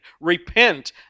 Repent